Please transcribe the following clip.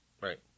Right